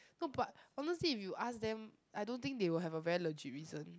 no but honestly if you ask them I don't think they will have a very legit reason